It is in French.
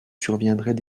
surviendraient